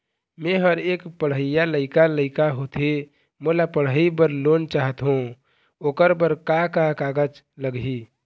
मेहर एक पढ़इया लइका लइका होथे मोला पढ़ई बर लोन चाहथों ओकर बर का का कागज लगही?